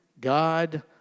God